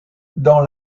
dans